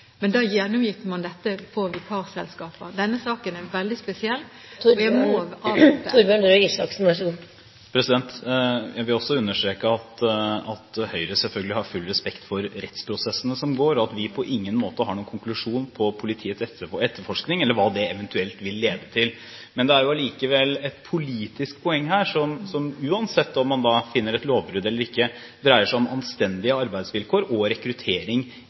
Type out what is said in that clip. Men da gjennomgikk man dette i tilknytning til vikarselskaper. Denne saken er veldig spesiell, så vi må avvente her. Jeg vil understreke at Høyre selvfølgelig har full respekt for de rettsprosessene som foregår, og at vi på ingen måte har noen konklusjon på politiets etterforskning – eller hva den eventuelt vil lede til. Det er allikevel et politisk poeng her som, uansett om man finner et lovbrudd eller ikke, dreier seg om anstendige arbeidsvilkår og rekruttering